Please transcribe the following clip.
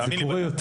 זה קורה יותר.